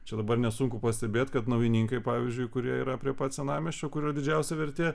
čia dabar nesunku pastebėt kad naujininkai pavyzdžiui kurie yra prie pat senamiesčio kurio didžiausia vertė